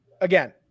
again